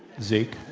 zeke.